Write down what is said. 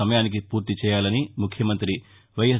సమయానికి పూర్తిచేయాలని ముఖ్యమంతి వైఎస్